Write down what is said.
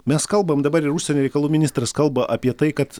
mes kalbam dabar ir užsienio reikalų ministras kalba apie tai kad